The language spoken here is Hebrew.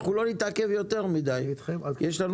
פגישה